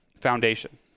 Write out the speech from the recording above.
foundation